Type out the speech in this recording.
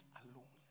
alone